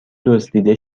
دزدیده